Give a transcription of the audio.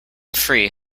free